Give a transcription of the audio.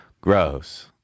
Gross